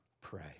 pray